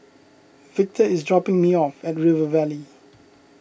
Victor is dropping me off at River Valley